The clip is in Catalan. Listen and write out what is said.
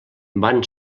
van